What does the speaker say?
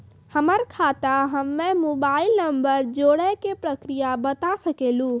हमर खाता हम्मे मोबाइल नंबर जोड़े के प्रक्रिया बता सकें लू?